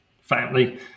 family